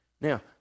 Now